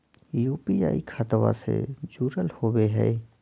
UPI खतबा से जुरल होवे हय?